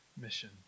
mission